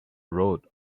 wrote